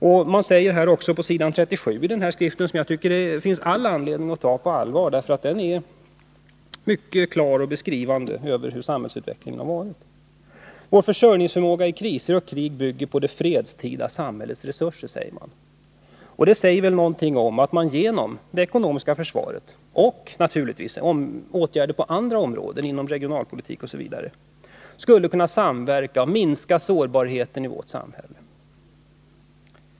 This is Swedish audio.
I den nämnda skriften, som det finns all anledning att ta på allvar eftersom den mycket klart beskriver hur samhällsutvecklingen har varit, står det på s. 37: ”Vår försörjningsförmåga i kriser och krig bygger på det fredstida samhällets resurser.” Det säger väl något om att man genom det ekonomiska Nr 45 försvaret och naturligtvis genom åtgärder på andra områden, inom regionalpolitiken osv., skulle kunna samverka och därmed minska vårt samhälles sårbarhet.